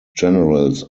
generals